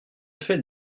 fait